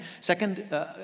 second